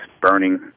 burning